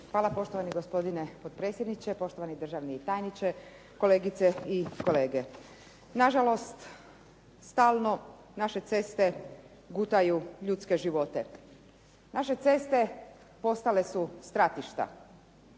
Hvala poštovani gospodine potpredsjedniče, poštovani državni tajniče, kolegice i kolege. Nažalost stalno naše ceste gutaju ljudske živote. Naše ceste postale su stratišta